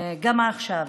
גם עכשיו: